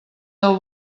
del